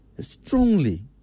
strongly